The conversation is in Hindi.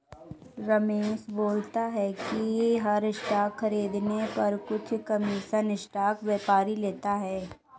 रमेश बोलता है कि हर स्टॉक खरीदने पर कुछ कमीशन स्टॉक व्यापारी लेता है